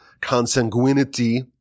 consanguinity